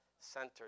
centered